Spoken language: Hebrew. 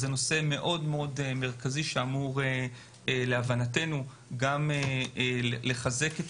זה נושא מאוד מרכזי שאמור להבנתנו לחזק את